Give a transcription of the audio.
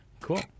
Cool